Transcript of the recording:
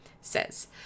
says